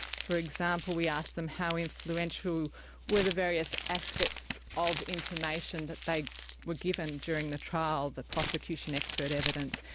for example, we asked them how influential where the various aspects of information that they were given during the trial, the prosecution expert evidence,